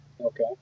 Okay